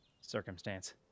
circumstance